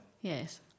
Yes